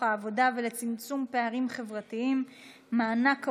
העבודה ולצמצום פערים חברתיים (מענק עבודה)